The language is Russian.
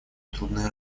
трудной